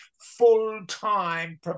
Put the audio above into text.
full-time